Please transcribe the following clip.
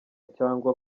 cyangwa